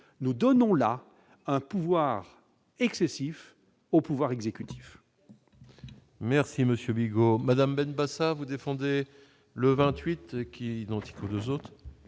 nous donnons la un pouvoir excessif au pouvoir exécutif. Merci Monsieur Migaud Madame Ben Basat, vous défendez le 28 qui est identique aux 2 autres.